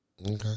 Okay